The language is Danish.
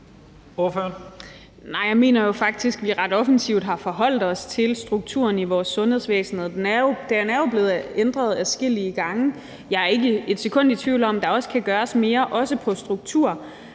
(EL): Nej, jeg mener faktisk, at vi ret offensivt har forholdt os til strukturen i vores sundhedsvæsen, og den er jo blevet ændret adskillige gange. Jeg er ikke et sekund i tvivl om, at der også kan gøres mere, også hvad angår struktur,